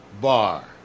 bar